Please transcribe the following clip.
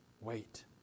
wait